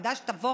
ועדה שתבוא